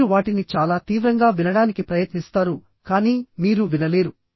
మీరు వాటిని చాలా తీవ్రంగా వినడానికి ప్రయత్నిస్తారు కానీ మీరు వినలేరు